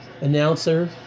announcer